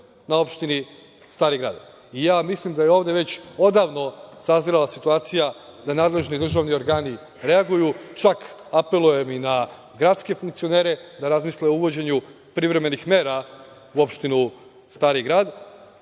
na opštini Stari Grad? Mislim da je ovde već odavno sazrela situacija da nadležni državi organi reaguju, čak apelujem i na gradske funkcionere da razmisle o uvođenju privremenih mera u opštinu Stari Grad,